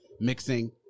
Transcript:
mixing